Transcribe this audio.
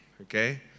okay